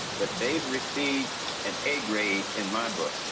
but they've received an a grade in my book.